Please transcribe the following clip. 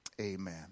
Amen